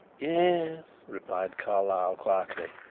yes, replied carlyle quietly.